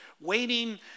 waiting